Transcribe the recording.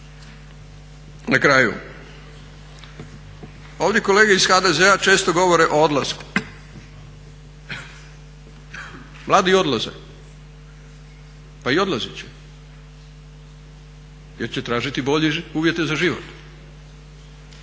Na kraju, ovdje kolege iz HDZ-a često govore o odlasku, mladi odlaze, pa i odlazit će jer će tražiti bolje uvjete život.